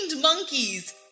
monkeys